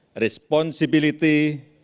responsibility